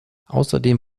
außerdem